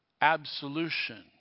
absolution